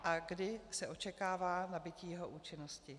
A kdy se očekává nabytí jeho účinnosti?